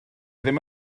ddim